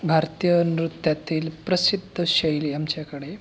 भारतीय नृत्यातील प्रसिद्ध शैली आमच्याकडे